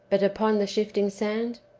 but upon the shifting sand?